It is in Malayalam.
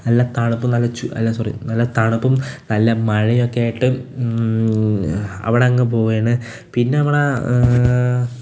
നല്ല തണുപ്പും നല്ല ചൂട് അല്ല സോറി നല്ല തണുപ്പും നല്ല മഴയൊക്കെയായിട്ട് അവിടങ്ങ് പോവേണ് പിന്നെ നമ്മുടെ